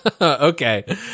Okay